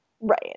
Right